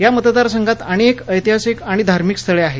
या मतदारसंघात अनेक ऐतिहासिक आणि धार्मिक स्थळे आहेत